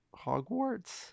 Hogwarts